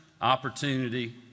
opportunity